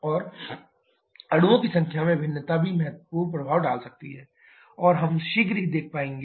और अणुओं की संख्या में भिन्नता भी महत्वपूर्ण प्रभाव डाल सकती है और हम शीघ्र ही देख पाएंगे